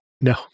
No